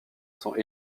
sont